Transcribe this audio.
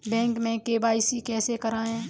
Bank में KYC कैसे करायें?